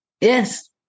Yes